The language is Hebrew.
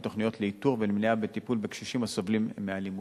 תוכניות לאיתור ולמניעה ולטיפול בקשישים הסובלים מאלימות.